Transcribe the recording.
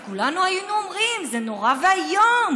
אז כולנו היינו אומרים: זה נורא ואיום.